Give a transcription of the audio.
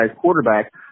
quarterback